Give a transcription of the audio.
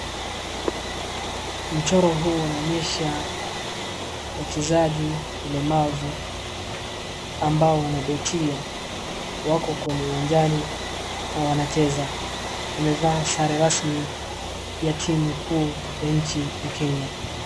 Mchoro huu unaonyesha wachezaji walemavu ambao wanadotia, wako kwenye uwanjani na wanacheza .Wamevaa sare rasmi ya timu kuu ya nchi ya Kenya.